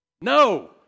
No